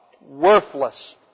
worthless